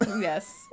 Yes